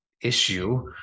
issue